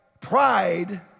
pride